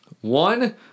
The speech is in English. One